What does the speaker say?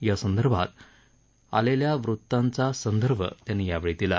यासंदर्भात आलेल्या वृत्तांचा संदर्भ त्यांनी यावेळी दिला